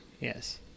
yes